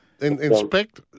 inspect